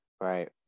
Right